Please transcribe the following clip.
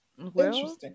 interesting